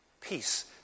Peace